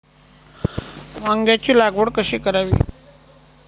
वांग्यांची लागवड कशी करावी?